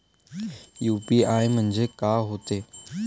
UPI म्हणजे का होते?